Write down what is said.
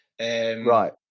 Right